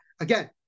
again